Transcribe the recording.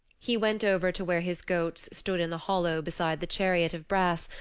he went over to where his goats stood in the hollow beside the chariot of brass,